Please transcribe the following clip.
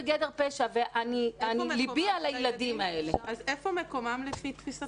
אז איפה מקומם, לפי תפיסתך?